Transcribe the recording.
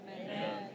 amen